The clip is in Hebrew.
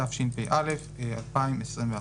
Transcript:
התשפ"א-2021.